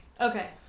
Okay